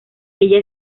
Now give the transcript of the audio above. ella